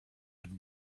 mit